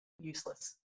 useless